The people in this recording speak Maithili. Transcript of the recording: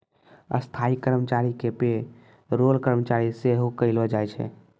स्थायी कर्मचारी के पे रोल कर्मचारी सेहो कहलो जाय छै